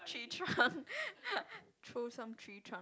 tree trunk throw some tree trunk